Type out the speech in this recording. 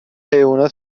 حیوونا